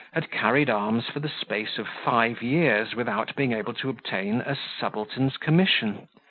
had carried arms for the space of five years, without being able to obtain a subaltern's commission,